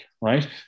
right